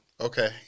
Okay